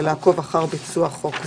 ולעקוב אחר ביצוע חוק זה,